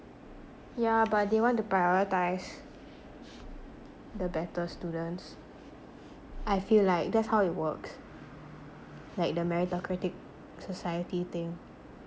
yeah but they want to prioritise the better students I feel like that's how it works like the meritocratic society thing